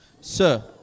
Sir